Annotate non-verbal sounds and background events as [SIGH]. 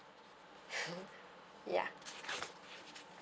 [BREATH] ya